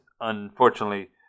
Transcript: unfortunately